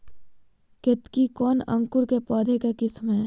केतकी कौन अंकुर के पौधे का किस्म है?